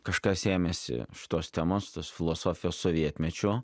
kažkas ėmėsi šitos temos tos filosofijos sovietmečiu